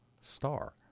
star